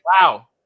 Wow